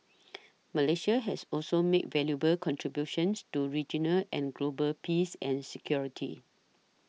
Malaysia has also made valuable contributions to regional and global peace and security